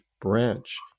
branch